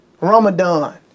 Ramadan